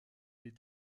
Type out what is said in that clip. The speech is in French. est